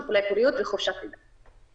בטיפולי פוריות ובחופשת לידה.